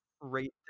rate